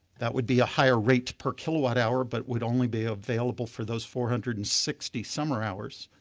that would be a higher rate per kilowatt hour but would only be ah available for those four hundred and sixty summer hours.